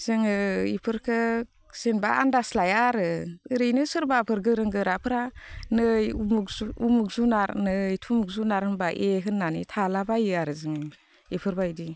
जोङो इफोरखो जेन'बा आनदास लायाआरो ओरैनो सोरबाफोर गोरों गोराफ्रा नै उमुग जुनार नै थुमुग जुनार होनबाय ए होननानै थाला बायो आरो जोङो इफोरबायदि